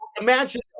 imagine